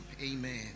amen